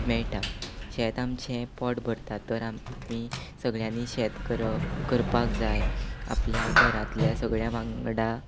मेयटा शेत आमचें पोट भरता तर आमी सगळ्यांनी शेत करप करपाक जाय आपल्या घरांतल्या सगळ्या वांगडा